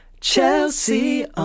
Chelsea